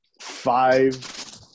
five